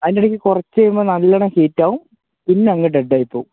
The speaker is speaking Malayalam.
അതിനിടയ്ക്ക് കുറച്ച് കഴിയുമ്പോള് നല്ലവണ്ണം ഹീറ്റാകും പിന്നെയങ്ങ് ഡെഡായി പോകും